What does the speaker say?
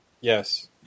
Yes